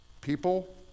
People